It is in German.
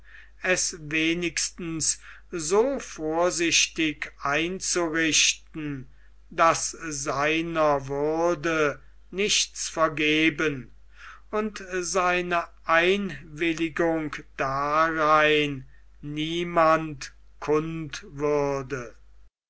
es wenigstens so vorsichtig einzurichten daß seiner würde nichts vergeben und seine einwilligung darein niemand kund würde